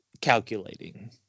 calculating